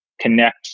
connect